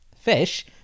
Fish